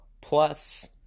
Plus